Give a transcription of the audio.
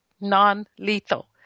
non-lethal